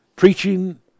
preaching